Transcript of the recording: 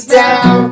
down